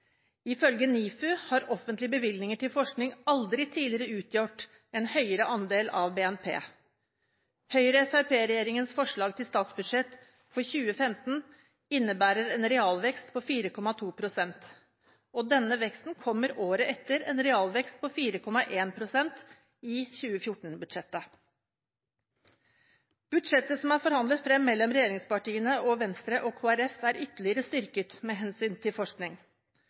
Ifølge NIFU har offentlige bevilgninger til forskning aldri tidligere utgjort en høyere andel av BNP. Høyre–Fremskrittsparti-regjeringens forslag til statsbudsjett for 2015 innebærer en realvekst på 4,2 pst. Denne veksten kommer året etter en realvekst på 4,1 pst. i 2014-budsjettet. Budsjettet som er forhandlet frem mellom regjeringspartiene og Venstre og Kristelig Folkeparti, er ytterligere styrket med hensyn til forskning.